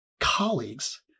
colleagues